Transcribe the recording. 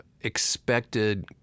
expected